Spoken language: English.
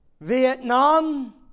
Vietnam